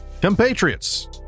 compatriots